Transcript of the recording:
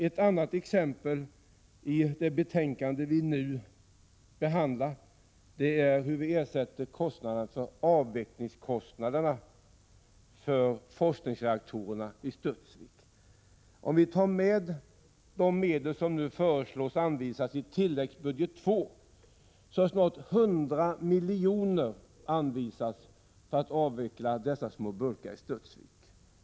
Ett annat exempel i det betänkande som vi nu behandlar är hur avvecklingskostnaderna avseende forskningsreaktorerna i Studsvik blir ersatta. Tar vi med de medel som på tilläggsbudget II föreslås bli anvisade har snart 100 milj.kr. anvisats för att avveckla dessa små burkar i Studsvik.